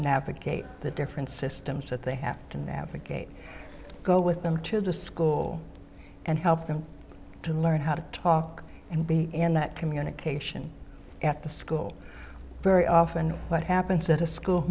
navigate the different systems that they have to navigate go with them to the school and help them to learn how to talk and be in that communication at the school very often what happens at a school